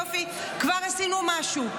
יופי, כבר עשינו משהו.